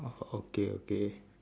okay okay